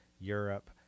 europe